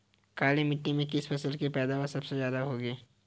काली मिट्टी में किस फसल की पैदावार सबसे ज्यादा होगी?